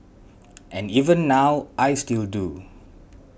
and even now I still do